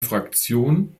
fraktion